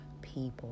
people